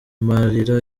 marira